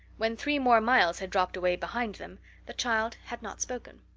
when three more miles had dropped away behind them the child had not spoken.